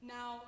Now